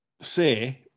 say